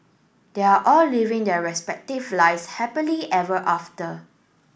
they are all living their respective lives happily ever after